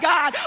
God